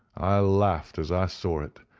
i laughed as i saw it,